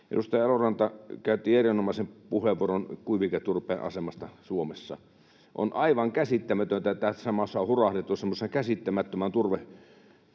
Edustaja Elomaa käytti erinomaisen puheenvuoron kuiviketurpeen asemasta Suomessa. On aivan käsittämätöntä, että tässä maassa on hurahdettu semmoiseen